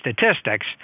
statistics